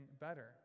better